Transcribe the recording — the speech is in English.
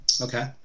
Okay